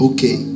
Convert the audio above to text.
Okay